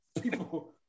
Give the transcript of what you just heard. People